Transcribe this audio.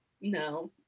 no